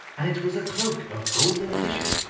and it was a cloak of golden tissue,